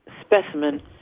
specimen